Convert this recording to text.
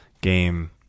game